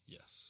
Yes